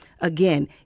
Again